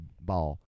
ball